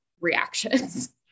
reactions